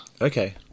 Okay